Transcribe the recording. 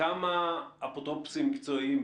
בכמה אפוטרופוסים מקצועיים,